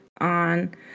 on